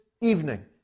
evening